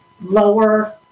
lower